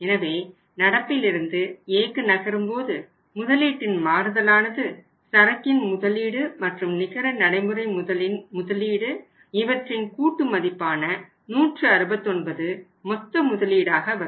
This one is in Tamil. எனவே நடப்பிலிருந்து Aக்கு நகரும்போது முதலீட்டின் மாறுதலானது சரக்கின் முதலீடு மற்றும் நிகர நடைமுறை முதலின் முதலீடு இவற்றின் கூட்டு மதிப்பான 169 மொத்த முதலீடாக வரும்